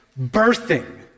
birthing